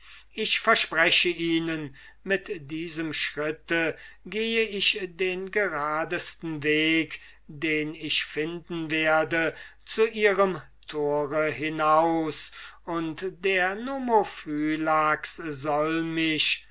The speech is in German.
ich verspreche ihnen mit diesem schritte gehe ich den geradesten weg den ich finden werde zu ihrem tore hinaus und der nomophylax soll